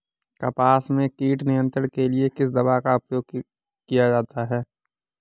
कपास में कीट नियंत्रण के लिए किस दवा का प्रयोग किया जाता है?